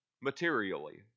materially